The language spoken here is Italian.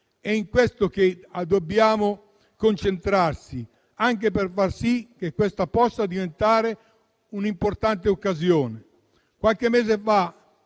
è su questo che dobbiamo concentrarci anche per far sì che quella presente possa diventare un'importante occasione. Qualche mese fa,